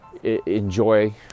enjoy